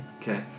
okay